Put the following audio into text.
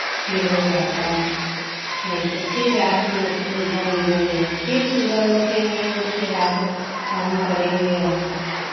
फिर होगा काम नहीं तो फिर रात में अपने बाँध देंगे फिर सुबह उठेंगे उसके बाद काम करेंगे